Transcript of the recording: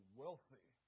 wealthy